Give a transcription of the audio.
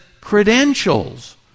credentials